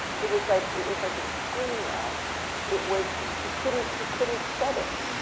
it was like it was like a skin rash it was, he couldn't he couldn't shed it.